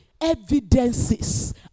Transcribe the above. evidences